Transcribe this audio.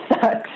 sucks